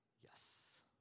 Yes